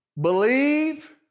Believe